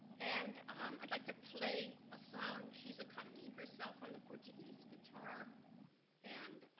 and i'd like to play a song. she's accompanying herself on the portuguese guitar and